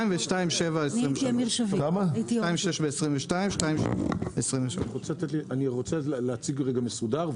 ו-2.7% על 2023. אני רוצה להציג בצורה מסודרת,